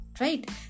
Right